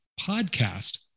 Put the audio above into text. podcast